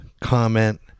comment